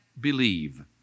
Believe